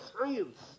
science